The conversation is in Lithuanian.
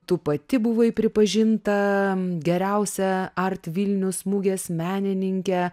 tu pati buvai pripažinta geriausia art vilnius mugės menininke